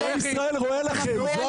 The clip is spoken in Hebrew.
כל עם ישראל רואה לכם.